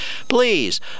Please